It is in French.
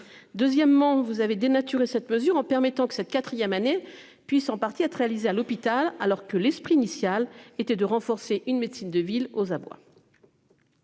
Deuxièmement vous avez dénaturer cette mesure en permettant que cette 4ème année puisse en partie être réalisées à l'hôpital alors que l'esprit initial était de renforcer une médecine de ville aux abois.--